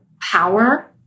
power